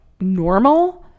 normal